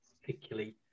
particularly